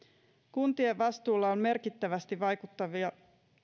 kuntien vastuulla on merkittävästi vaikuttavia